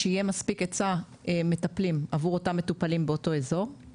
שיהיה מספיק היצע מטפלים עבור אותם מטופלים באותו אזור.